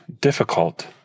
difficult